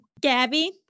Gabby